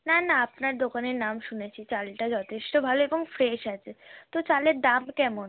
না না আপনার দোকানের নাম শুনেছি চালটা যথেষ্ট ভালো এবং ফ্রেশ আছে তো চালের দাম কেমন